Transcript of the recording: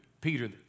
Peter